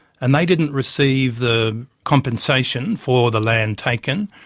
and they didn't receive the compensation for the land taken,